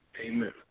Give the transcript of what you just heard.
Amen